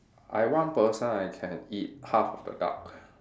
I one person I can eat half of the duck